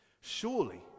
Surely